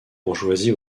bourgeoisie